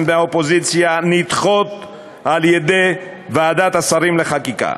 מהאופוזיציה נדחות על-ידי ועדת השרים לחקיקה.